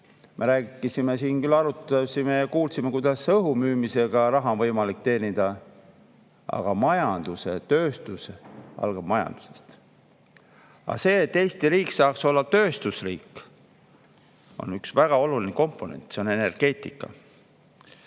tööstusest. Me küll arutasime ja kuulsime, kuidas õhu müümisega on võimalik raha teenida, aga tööstus algab majandusest. Aga selleks, et Eesti riik saaks olla tööstusriik, on üks väga oluline komponent – see on energeetika.